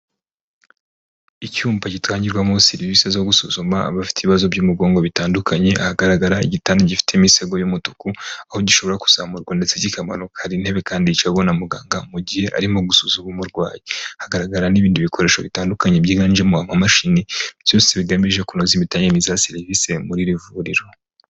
Icyumba gitangirwamo serivisi zo gusuzuma abafite ibibazo by'umugongo bitandukanye ahagaragara igitanda gifite imisego y'umutuku aho gishobora kuzamurwa ndetse kikamanuka hari intebe kandi yicarwaho na muganga mu gihe arimo gusuzuma umurwayi hagaragara n'ibindi bikoresho bitandukanye byiganjemo amamashini byose bigamije kunoza imitangire myiza ya serivisi muri iri vuriro.